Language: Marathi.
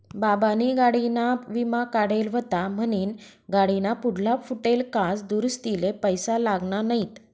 बाबानी गाडीना विमा काढेल व्हता म्हनीन गाडीना पुढला फुटेल काच दुरुस्तीले पैसा लागना नैत